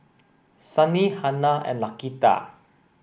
Sonny Hanna and Laquita